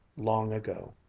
long ago.